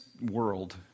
world